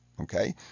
Okay